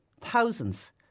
thousands